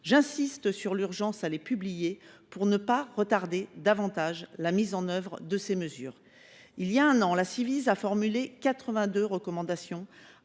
J’insiste sur l’urgence de le publier, pour ne pas retarder davantage la mise en œuvre de ces mesures. Il y a un an, la Ciivise a formulé quatre vingt